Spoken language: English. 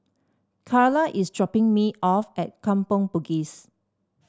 Charla is dropping me off at Kampong Bugis